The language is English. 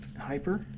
hyper